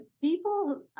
people